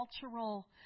cultural